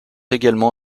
également